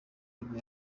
nibwo